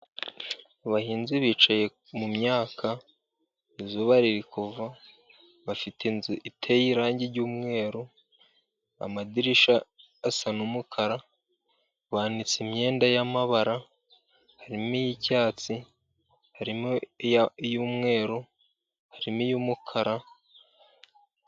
Abahinzi bicaye mu myaka, izuba riri kuva, bafite inzu iteye irangi ,ry'umweru amadirisha asa n'umukara, banitse imyenda y'amabara, harimo iy'icyatsi, harimo iy'umweru, harimo iy'umukara.